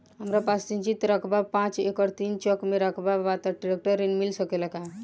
हमरा पास सिंचित रकबा पांच एकड़ तीन चक में रकबा बा त ट्रेक्टर ऋण मिल सकेला का?